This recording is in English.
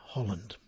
Holland